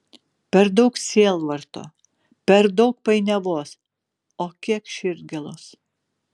per daug sielvarto per daug painiavos o kiek širdgėlos